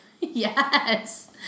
yes